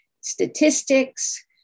statistics